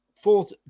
fourth